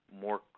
more